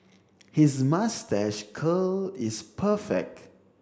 his moustache curl is perfect